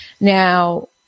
Now